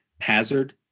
hazard